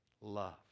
love